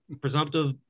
presumptive